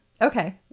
okay